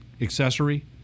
accessory